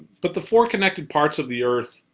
but the four connected parts of the earth.